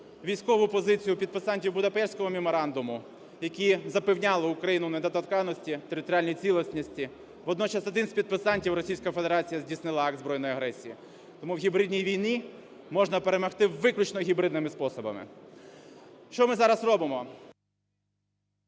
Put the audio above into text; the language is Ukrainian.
військову позицію підписантів Будапештського меморандуму, які запевняли Україну в недоторканності, територіальній цілісності. Водночас один з підписантів – Російська Федерація здійснила акт збройної агресії. Тому в гібридній війні можна перемогти виключно гібридними способами. Що ми зараз робимо?